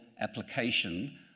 application